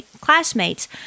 classmates